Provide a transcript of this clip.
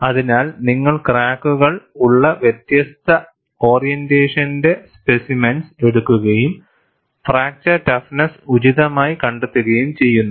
അതിനാൽ നിങ്ങൾ ക്രാക്കുകൾ ഉള്ള വ്യത്യസ്ത ഓറിയന്റേഷന്റെ സ്പെസിമെൻസ് എടുക്കുകയും ഫ്രാക്ചർ ടഫ്നെസ്സ് ഉചിതമായി കണ്ടെത്തുകയും ചെയ്യുന്നു